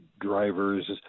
driver's